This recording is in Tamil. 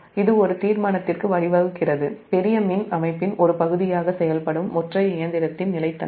இது ஒரு தீர்மானத்திற்கு வழிவகுக்கிறது பெரிய மின் அமைப்பின் ஒரு பகுதியாக செயல்படும் ஒற்றை இயந்திரத்தின் நிலைத்தன்மை